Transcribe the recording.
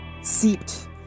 seeped